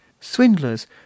swindlers